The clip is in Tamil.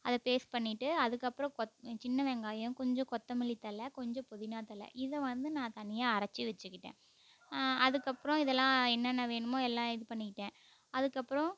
அதை பேஸ்ட் பண்ணிகிட்டு அதுக்கப்றம் கொத் சின்ன வெங்காயம் கொஞ்சம் கொத்தமல்லி தழை கொஞ்சம் புதினா தழை இதை வந்து நான் தனியாக அரைச்சி வச்சிக்கிட்டேன் அதுக்கப்புறம் இதெல்லாம் என்னென்ன வேணுமோ எல்லாம் இது பண்ணிக்கிட்டேன் அதுக்கப்புறம்